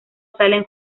salen